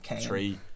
three